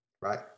Right